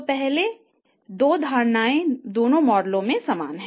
तो पहले 2 धारणाएं दोनों मॉडलों में समान हैं